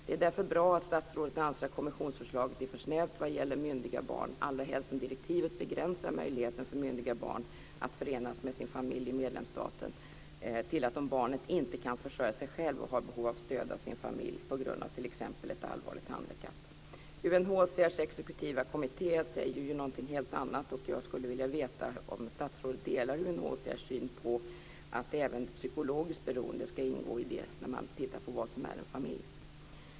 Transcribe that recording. Det är därför bra att statsrådet anser att kommissionsförslaget är för snävt vad gäller myndiga barn, allra helst som direktivet begränsar möjligheten för myndiga barn att förenas med sin familj i medlemsstaten till fall då barnet inte kan försörja sig själv och har behov av stöd av sin familj på grund av t.ex. ett allvarligt handikapp. UNHCR:s exekutiva kommitté säger ju något helt annat, och jag skulle vilja veta om statsrådet delar UNHCR:s syn på att även psykologiskt beroende ska ingå när man tittar på vad som är en familj.